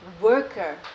worker